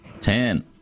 Ten